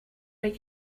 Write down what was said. were